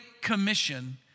Commission